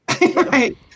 Right